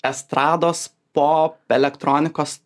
estrados pop elektronikos